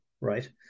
right